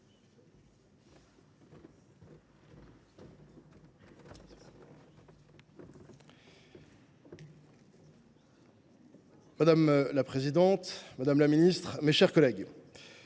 Madame la présidente, madame la ministre, mes chers collègues,